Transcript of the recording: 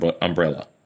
umbrella